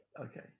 Okay